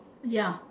ya